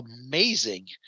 amazing